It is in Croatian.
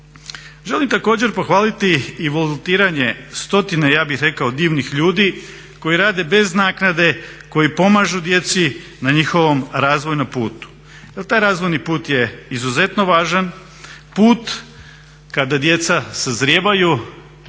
Želim također pohvaliti i volontiranje stotine ja bih rekao divnih ljudi koji rade bez naknade, koji pomažu djeci na njihovom razvojnom putu. Jer taj razvojni put je izuzetno važan, put kada djeca sazrijevaju,